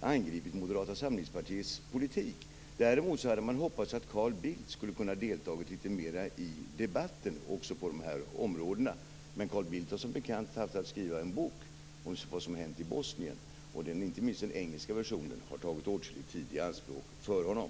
angripit partiets politik. Däremot hade de hoppats att Carl Bildt skulle ha kunnat delta litet mer i debatten på de här områdena. Men han har som bekant haft att skriva en bok om vad som hänt i Bosnien. Inte minst den engelska versionen har tagit åtskillig tid i anspråk för honom.